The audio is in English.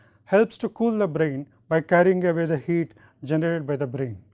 helps to cool the brain by carrying away the heat generated by the brain.